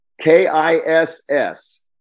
K-I-S-S